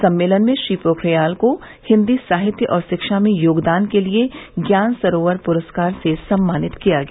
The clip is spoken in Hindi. सम्मेलन में श्री पोखरियाल को हिन्दी साहित्य और शिक्षा में योगदान के लिए ज्ञान सरोवर पुरस्कार से सम्मानित किया गया